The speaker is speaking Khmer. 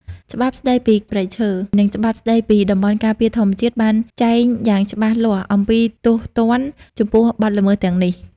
ច្បាប់ស្តីពីព្រៃឈើ និងច្បាប់ស្តីពីតំបន់ការពារធម្មជាតិបានចែងយ៉ាងច្បាស់លាស់អំពីទោសទណ្ឌចំពោះបទល្មើសទាំងនេះ។